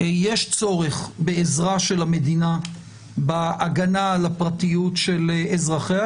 יש צורך בעזרה של המדינה בהגנה על הפרטיות של אזרחיה,